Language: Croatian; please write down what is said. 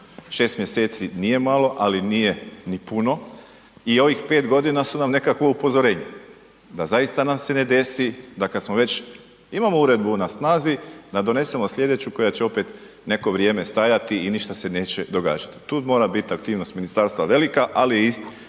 6 mjeseci nije malo ali nije ni puno. I ovih 5 godina su nam nekakvo upozorenje da zaista nam se ne desi da kada smo već, imamo uredbu na snazi, da donesemo sljedeću koja će opet neko vrijeme stajati i ništa se neće događati. Tu mora biti aktivnost ministarstva velika ali i